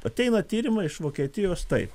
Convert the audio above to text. ateina tyrimai iš vokietijos taip